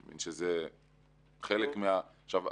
זה חלק ממה